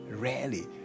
rarely